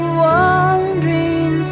wandering